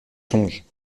songes